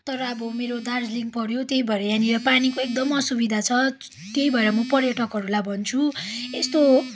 तर अब मेरो दार्जिलिङ पर्यो त्यहीँबाट यहाँनिर पानीको एकदम असुविधा छ त्यही भएर म पर्यटकहरूलाई भन्छु यस्तो